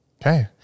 Okay